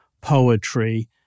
poetry